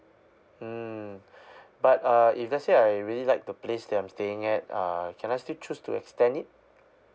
mm but uh if let's say I really like the place that I'm staying at uh can I still choose to extend it